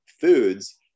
foods